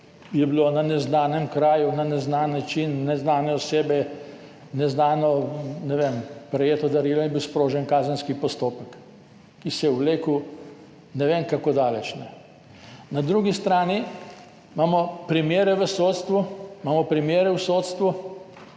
je bilo na neznanem kraju na neznan način neznane osebe, neznano, ne vem, prejeto darilo in je bil sprožen kazenski postopek, ki se je vlekel ne vem kako daleč. Na drugi strani imamo primere v sodstvu, kjer so